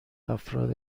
افراد